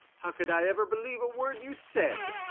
how could i ever believe a word you said?